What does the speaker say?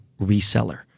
reseller